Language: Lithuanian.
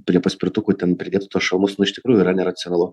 prie paspirtukų ten pridėtų tuos šalmus nu iš tikrųjų yra neracionalu